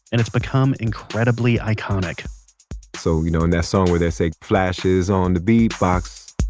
and it's become incredibly iconic so you know in that song where they say flash is on the beatbox.